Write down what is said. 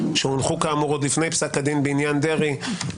שהונחו כאמור עוד לפני פסק הדין בעניין דרעי,